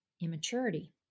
immaturity